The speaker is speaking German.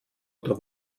oder